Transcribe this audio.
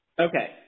Okay